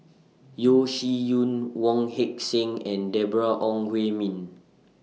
Yeo Shih Yun Wong Heck Sing and Deborah Ong Hui Min